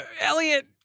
Elliot